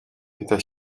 pyta